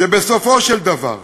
בריאיון לתקשורת, שבסופו של דבר,